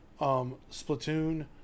Splatoon